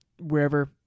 Wherever